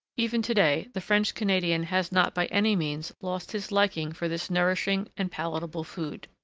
even to-day the french canadian has not by any means lost his liking for this nourishing and palatable food.